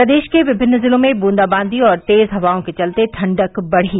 प्रदेश के विभिन्न जिलों में बूंदाबांदी और तेज हवाओं के चलते ठंडक बढ़ी